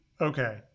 Okay